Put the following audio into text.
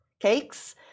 cakes